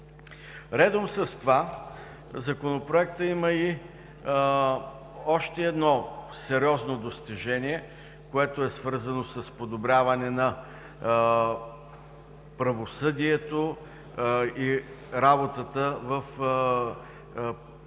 Редом с това Законопроектът има и още едно сериозно достижение, което е свързано с подобряване на правосъдието и работата в съдебната